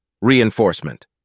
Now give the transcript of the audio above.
Reinforcement